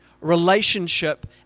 relationship